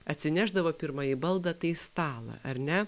atsinešdavo pirmąjį baldą tai stalą ar ne